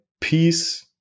peace